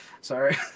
Sorry